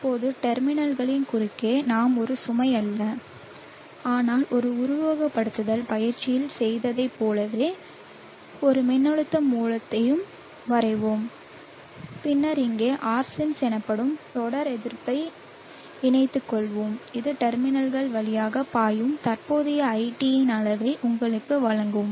இப்போது டெர்மினல்களில் குறுக்கே நாம் ஒரு சுமை அல்ல ஆனால் ஒரு உருவகப்படுத்துதல் பயிற்சியில் செய்ததைப் போலவே ஒரு மின்னழுத்த மூலத்தையும் வரைவோம் பின்னர் இங்கே Rsense எனப்படும் தொடர் எதிர்ப்பை இணைத்துக்கொள்வோம் இது டெர்மினல்கள் வழியாக பாயும் தற்போதைய iT யின் அளவை உங்களுக்கு வழங்கும்